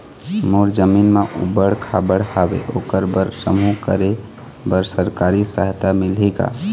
मोर जमीन म ऊबड़ खाबड़ हावे ओकर बर समूह करे बर सरकारी सहायता मिलही का?